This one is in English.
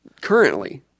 Currently